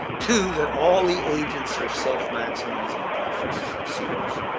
two that all the agents are self-maximizing preferences seekers.